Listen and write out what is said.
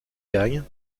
gagne